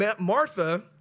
Martha